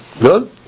Good